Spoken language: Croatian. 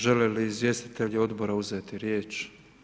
Žele li izvjestitelji odbora uzeti riječ?